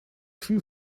few